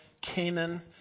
Canaan